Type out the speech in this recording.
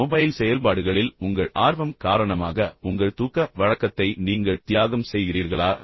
அடுத்து மொபைல் செயல்பாடுகளில் உங்கள் ஆர்வம் காரணமாக உங்கள் தூக்க வழக்கத்தை நீங்கள் தியாகம் செய்கிறீர்களா